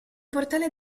portale